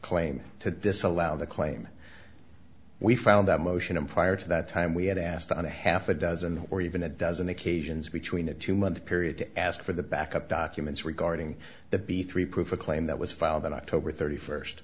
claim to disallow the claim we found that motion and prior to that time we had asked on a half a dozen or even a dozen occasions between a two month period to ask for the backup documents regarding the b three proof a claim that was filed in october thirty first